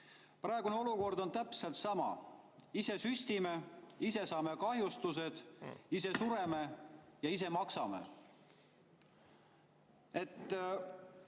Praegune olukord on täpselt sama: ise süstime, ise saame kahjustused, ise sureme ja ise maksame. Minu